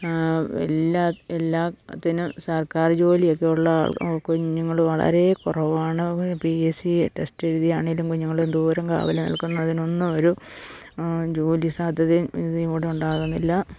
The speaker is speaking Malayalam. എല്ലാ എല്ലാത്തിനും സർക്കാർ ജോലിയൊക്കെ ഉള്ള കുഞ്ഞുങ്ങള് വളരെ കുറവാണ് പി എസ് സി ടെസ്റ്റെഴുതിയാണേലും കുഞ്ഞുങ്ങളും ദൂരം കാവില് നിൽക്കുന്നതിനൊന്നും ഒരു ജോലി സാധ്യതയും കൂടെ ഇവിടെ ഉണ്ടാകണില്ല